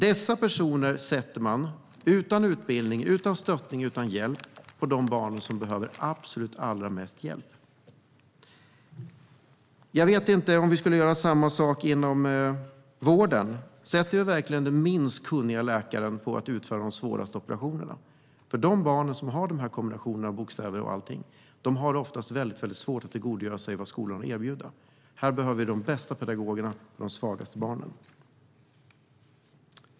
Dessa personer sätter man utan utbildning, stöttning eller hjälp på de barn som behöver allra mest hjälp. Jag vet inte om vi skulle göra samma sak inom vården. Sätter man verkligen den minst kunniga läkaren på att utföra de svåraste operationerna? Barnen som har de här kombinationerna av bokstäver och allting har ofta väldigt svårt att tillgodogöra sig vad skolan har att erbjuda. Vi behöver de bästa pedagogerna för de svagaste barnen.